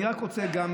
אני רק רוצה גם